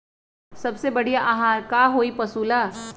सबसे बढ़िया आहार का होई पशु ला?